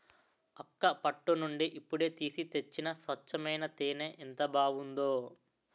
అక్కా పట్టు నుండి ఇప్పుడే తీసి తెచ్చిన స్వచ్చమైన తేనే ఎంత బావుందో